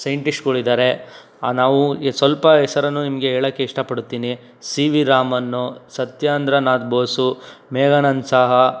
ಸೈಂಟಿಸ್ಟ್ಗಳಿದ್ದಾರೆ ನಾವು ಸ್ವಲ್ಪ ಹೆಸರನ್ನು ನಿಮಗೆ ಹೇಳೋಕ್ಕೆ ಇಷ್ಟಪಡುತ್ತೀನಿ ಸಿ ವಿ ರಾಮನ್ ಸತ್ಯೇಂದ್ರನಾಥ್ ಬೋಸ್ ಮೇಘನಾದ್ ಸಹಾ